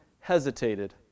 hesitated